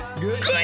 good